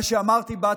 מה שאמרתי בהתחלה,